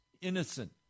innocent